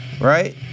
right